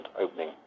opening